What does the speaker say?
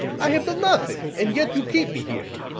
i have done nothing. and yet you keep me here.